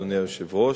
אדוני היושב-ראש,